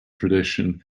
tradition